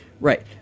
Right